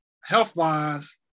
health-wise